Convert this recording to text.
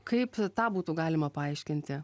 kaip tą būtų galima paaiškinti